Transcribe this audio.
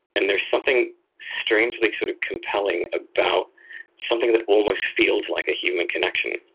and there's something strangely sort of compelling about something that almost feels like a human connection,